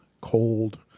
cold